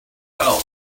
help